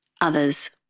others